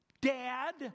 Dad